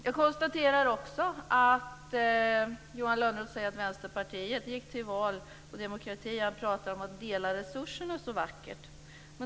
Jag konstaterar också att Johan Lönnroth säger att Vänsterpartiet gick till val på demokrati, och han talar så vackert om att dela resurserna.